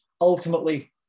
ultimately